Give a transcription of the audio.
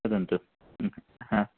वदन्तु हु हा